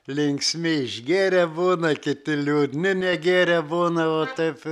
linksmi išgėrę būna kiti liūdni negėrę būna va taip